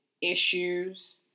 issues